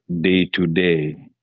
day-to-day